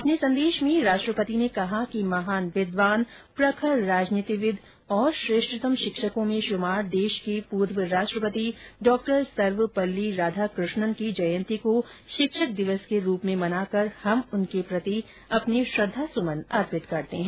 अपने संदेश में राष्ट्रपति ने कहा कि महान विद्वान प्रखर राजनीतिविद तथा श्रेष्ठतम शिक्षकों में शुमार देश के पूर्व राष्ट्रपति डॉ सर्वपल्ली राधाकृष्णन की जयंती को शिक्षक दिवस के रूप में मनाकर हम उनके प्रति अपने श्रद्वा सुमन अर्पित करते हैं